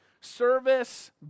Service